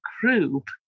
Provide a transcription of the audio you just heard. group